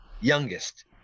Youngest